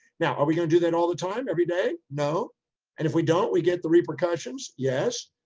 now. are we going to do that all the time? every day? no. and if we don't, we get the repercussions. yes.